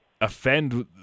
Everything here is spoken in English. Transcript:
offend